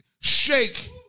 shake